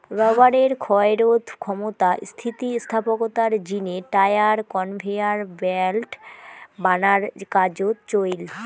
রবারের ক্ষয়রোধক ক্ষমতা, স্থিতিস্থাপকতার জিনে টায়ার, কনভেয়ার ব্যাল্ট বানার কাজোত চইল